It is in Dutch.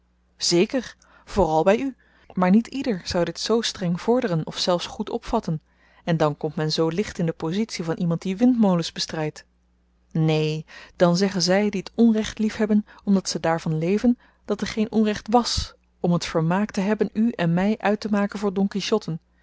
zeker vooral by u maar niet ieder zou dit zoo streng vorderen of zelfs goed opvatten en dan komt men zoo ligt in de pozitie van iemand die windmolens bestrydt neen dan zeggen zy die t onrecht liefhebben omdat ze daarvan leven dat er geen onrecht was om t vermaak te hebben u en my uittemaken voor